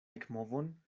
ekmovon